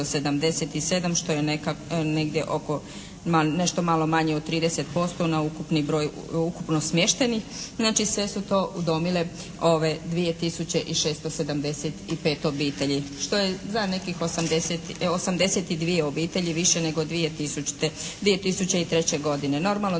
što je negdje oko, nešto malo manje od 30% na ukupni broj, ukupno smještenih. Znači, sve su to udomile 2675 obitelji što je za nekih 82 obitelji više nego 2003. godine. Normalno